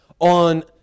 on